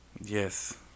Yes